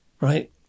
right